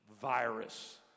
virus